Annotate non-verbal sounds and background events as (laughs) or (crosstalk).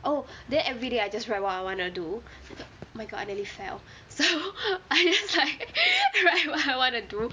oh then everyday I just write what I wanna do my god I nearly fell (laughs) I just like write what I wanna do